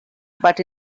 but